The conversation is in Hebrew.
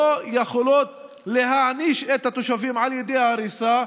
לא יכולות להעניש את התושבים על ידי הריסה,